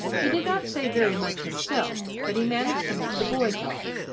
he did not say very much himself, but he managed to make the boy talk.